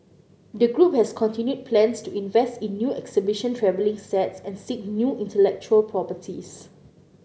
the group has continued plans to invest in new exhibition travelling sets and seek new intellectual properties